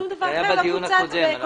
זה היה בדיון הקודם.